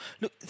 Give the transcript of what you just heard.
Look